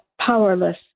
powerless